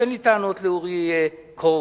אין לי טענות לאורי קורב.